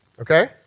Okay